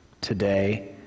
today